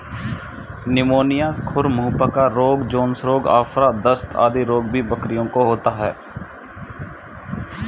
pneumonia, खुर मुँह पका रोग, जोन्स रोग, आफरा, दस्त आदि रोग भी बकरियों को होता है